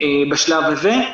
בשלב הזה.